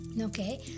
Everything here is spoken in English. okay